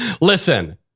Listen